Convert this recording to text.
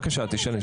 לא משנה.